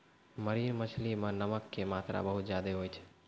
marine मछली मॅ नमक के मात्रा बहुत ज्यादे होय छै